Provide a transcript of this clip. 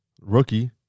rookie